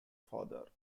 father